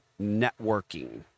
networking